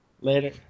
Later